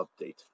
update